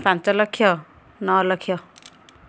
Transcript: ପାଞ୍ଚ ଲକ୍ଷ ନଅ ଲକ୍ଷ